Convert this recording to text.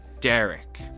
Derek